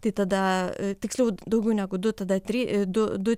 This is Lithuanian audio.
tai tada tiksliau daugiau negu du tada try du du